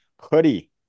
hoodie